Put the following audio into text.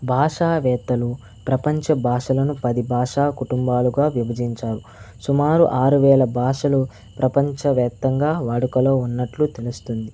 భాషావేత్తలు ప్రపంచ భాషలను పది భాషా కుటుంబాలుగా విభజించారు సుమారు ఆరు వేల భాషలు ప్రపంచవ్యాప్తంగా వాడుకలో ఉన్నట్లు తెలుస్తుంది